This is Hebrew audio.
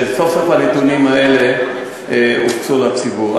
שסוף-סוף הנתונים האלה הופצו לציבור.